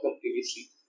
previously